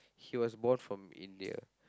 he was born from India